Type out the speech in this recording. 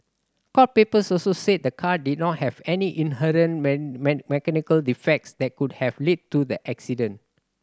court papers also said the car did not have any inherent mechanical defects that could have led to the accident